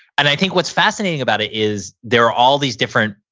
and i think what's fascinating about it is there are all these different,